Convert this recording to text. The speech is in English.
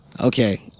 Okay